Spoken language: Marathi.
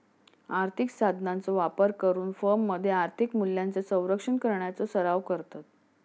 आर्थिक साधनांचो वापर करून फर्ममध्ये आर्थिक मूल्यांचो संरक्षण करण्याचो सराव करतत